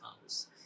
house